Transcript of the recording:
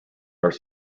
are